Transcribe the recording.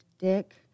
Dick